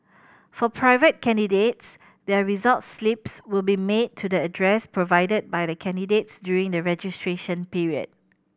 for private candidates their result slips will be mailed to the address provided by the candidates during the registration period